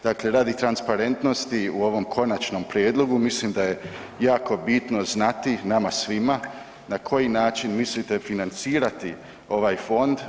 Dakle, radi transparentnosti u ovom konačnom prijedlogu, mislim da je jako bitno znati nama svima na koji način mislite financirati ovaj fond.